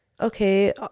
okay